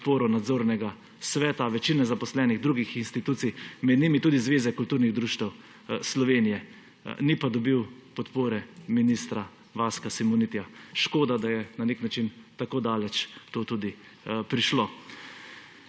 nadzornega sveta, večine zaposlenih drugih institucij, med drugim tudi Zveze kulturnih društev Slovenije. Ni pa dobil podpore ministra Vaska Simonitija. Škoda, da je na nek način tako daleč to tudi prišlo.